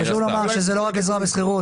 חשוב לומר שזה לא רק עזרה בשכירות,